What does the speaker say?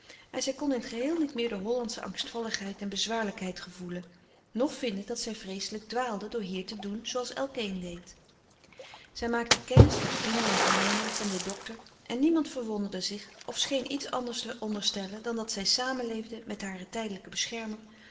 en zij kon in t geheel niet meer de hollandsche angstvalligheid en bezwaarlijkheid gevoelen noch vinden dat zij vreeselijk dwaalde door hier te doen zooals elkeen deed zij maakte kennis met vrienden en vriendinnen van den docter en niemand verwonderde zich of scheen iets anders te onderstellen dan dat zij samenleefde met haren tijdelijken beschermer